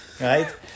Right